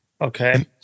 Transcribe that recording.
Okay